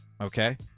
Okay